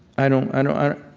i don't i